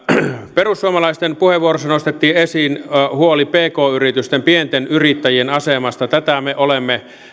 perussuomalaisten puheenvuorossa nostettiin esiin huoli pk yritysten pienten yrittäjien asemasta tätä me olemme